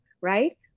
right